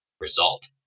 result